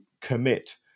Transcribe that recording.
commit